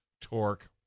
torque